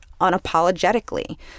unapologetically